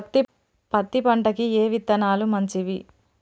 పత్తి పంటకి ఏ విత్తనాలు మంచివి?